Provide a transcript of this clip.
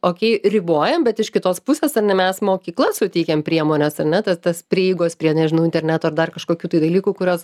okei ribojam bet iš kitos pusės ane mes mokykla suteikiam priemones ar ne tas tas prieigos prie nežinau interneto ir dar kažkokių tai dalykų kurios